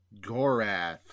gorath